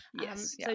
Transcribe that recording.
Yes